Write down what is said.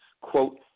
quote